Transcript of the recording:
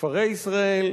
בכפרי ישראל,